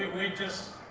we're just